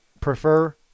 prefer